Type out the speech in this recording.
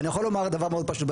אני יכול לומר דבר מאוד פשוט.